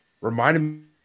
reminded